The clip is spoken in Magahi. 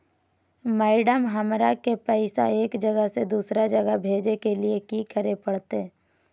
मैडम, हमरा के पैसा एक जगह से दुसर जगह भेजे के लिए की की करे परते?